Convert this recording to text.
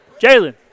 Jalen